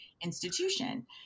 institution